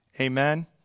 Amen